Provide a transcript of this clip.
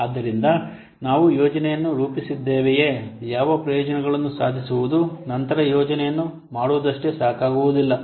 ಆದ್ದರಿಂದ ನಾವು ಯೋಜನೆಯನ್ನು ರೂಪಿಸಿದ್ದೇವೆಯೇ ಯಾವ ಪ್ರಯೋಜನಗಳನ್ನು ಸಾಧಿಸುವುದು ನಂತರ ಯೋಜನೆಯನ್ನು ಮಾಡುವುದಸ್ಟೇ ಸಾಕಾಗುವುದಿಲ್ಲ